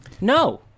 No